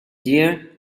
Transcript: year